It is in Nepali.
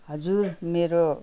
हजुर मेरो